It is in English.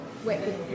Wait